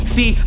See